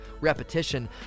repetition